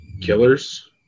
Killers